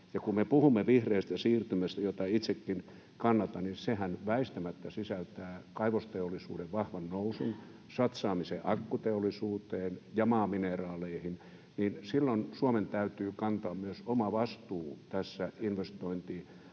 Ja kun me puhumme vihreästä siirtymästä, jota itsekin kannatan, niin sehän väistämättä sisältää kaivosteollisuuden vahvan nousun, satsaamisen akkuteollisuuteen ja maamineraaleihin. Silloin Suomen täytyy kantaa myös oma vastuunsa tässä investointinäkökulmassa,